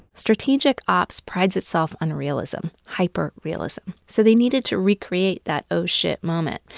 strategic ops prides itself on realism. hyper realism. so they needed to recreate that oh shit moment.